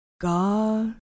god